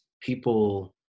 people